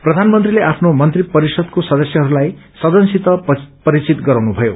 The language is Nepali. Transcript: प्रधानमन्त्रीले आफ्नो मन्त्री परिषदको सदस्यहरूलाई सदनसित परिचय गराउनु भयो